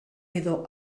edo